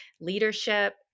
leadership